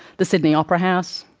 the sydney opera house,